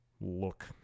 look